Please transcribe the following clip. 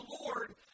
Lord